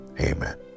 Amen